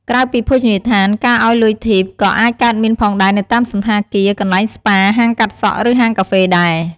ក្រៅពីភោជនីយដ្ឋាន ការឲ្យលុយធីប ក៏អាចកើតមានផងដែរនៅតាមសណ្ឋាគារ កន្លែងស្ប៉ា ហាងកាត់សក់ ឬហាងកាហ្វេដែរ។